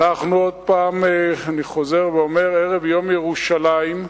עוד פעם, אני חוזר ואומר, אנחנו בערב יום ירושלים,